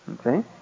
Okay